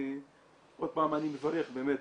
עוד פעם אני מברך באמת,